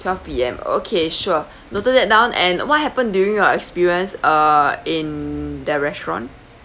twelve P_M okay sure noted that down and what happened during your experience err in the restaurant